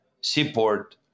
seaport